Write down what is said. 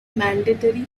mandatory